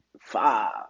five